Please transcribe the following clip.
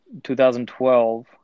2012